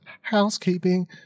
housekeeping